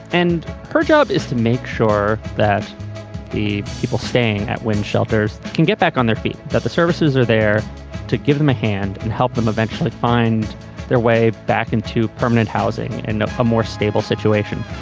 and her job is to make sure that the people staying at when shelters can get back on their feet, that the services are there to give them a hand and help them eventually find their way back into permanent housing and a more stable situation.